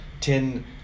ten